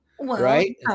right